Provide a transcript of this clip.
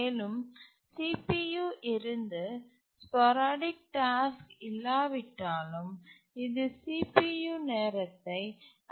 மேலும் CPU இருந்து sporadic task இல்லாவிட்டாலும் இது CPU நேரத்தை ஐடில் செய்கிறது